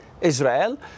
Israel